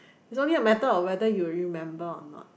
is only a matter of whether you remember or not